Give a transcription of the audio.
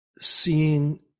seeing